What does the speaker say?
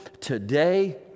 today